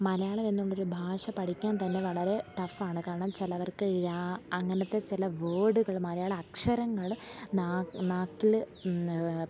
മലയാളം എന്നുള്ളൊരു ഭാഷ പഠിക്കാൻ തന്നെ വളരെ ടഫ് ആണ് കാരണം ചിലർക്ക് ഴ അങ്ങനത്തെ ചെല വേർഡുകൾ മലയാള അക്ഷരങ്ങൾ നാക്കിൽ